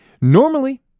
normally